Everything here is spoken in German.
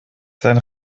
sein